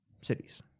cities